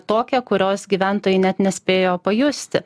tokią kurios gyventojai net nespėjo pajusti